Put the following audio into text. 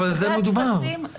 אבל בזה מדובר.